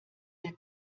der